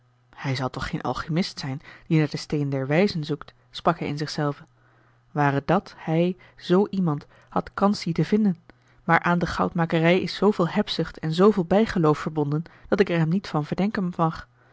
hij zal toch geen alchimist zijn die naar den steen der wijzen zoekt sprak hij in zich zelven ware dat hij z iemand had kans dien te vinden maar aan de goudmakerij is zooveel hebzucht en zooveel bijgeloof verbonden dat ik er hem niet van verdenken mag